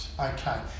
okay